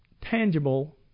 tangible